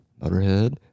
Motorhead